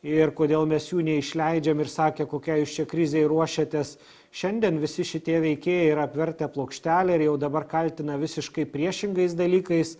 ir kodėl mes jų neišleidžiam ir sakė kokiai jūs čia krizei ruošiatės šiandien visi šitie veikėjai yra apvertę plokštelę ir jau dabar kaltina visiškai priešingais dalykais